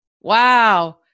Wow